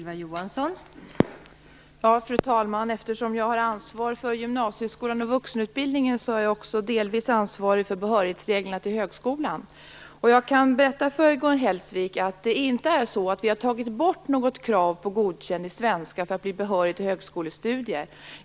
Fru talman! Eftersom jag har ansvar för gymnasieskolan och vuxenutbildningen, är jag också delvis ansvarig för behörighetsreglerna till högskolan. Jag kan berätta för Gun Hellsvik att det inte är så att vi har tagit bort något krav på godkänt i svenska för att bli behörig till högskolestudier.